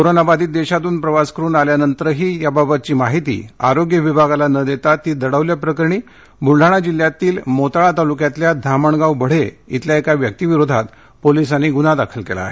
corona बाधीत देशातून प्रवास करून आल्यानंतरही त्याबाबतची माहिती आरोग्य विभागास न देता ती दडविल्याप्रकरणी बुलडाणा जिल्हयातील मोताळा तालुक्यातील धामणगाव बढे येथील एका व्यक्ती विरोधात पोलिसांनी गुन्हा दाखल केला आहे